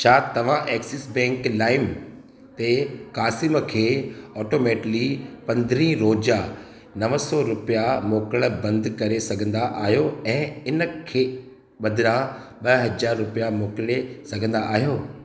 छा तव्हां Axis bank लाइम ते क़ासिम खे ऑटोमैटिली पंद्रहीं रोज़ जा नव सौ रुपया मोकिलिणु बंदि करे सघंदा आहियो ऐं इन खे बदिरां ॿ हज़ार रुपया मोकिले सघंदा आहियो